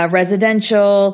residential